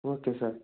okay sir